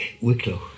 Wicklow